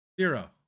Zero